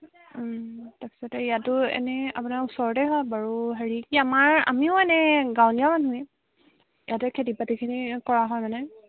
তাৰপিছতে ইয়াতো এনেই আপোনাৰ ওচৰতে হয় বাৰু হেৰি কি আমাৰ আমিও এনেই গাঁৱলীয়া মানুহে ইয়াতে খেতি বাতিখিনি কৰা হয় মানে